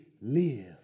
live